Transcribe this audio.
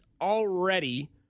already